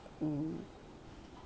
mm